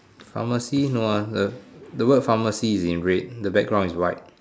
pharmacy no ah the word pharmacy is in red the background is white